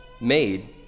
made